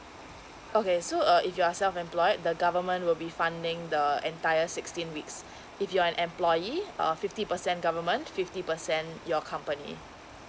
okay so uh if you are self employed the government will be funding the entire sixteen weeks if you're an employee uh fifty percent government fifty percent your company